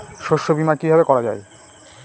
শস্য বীমা কিভাবে করা যায়?